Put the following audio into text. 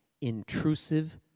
intrusive